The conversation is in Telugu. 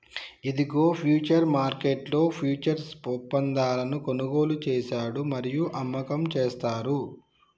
ఇదిగో ఫ్యూచర్స్ మార్కెట్లో ఫ్యూచర్స్ ఒప్పందాలను కొనుగోలు చేశాడు మరియు అమ్మకం చేస్తారు